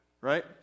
right